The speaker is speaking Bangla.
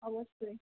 অবশ্যই